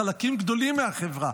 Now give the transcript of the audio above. בחלקים גדולים מהחברה,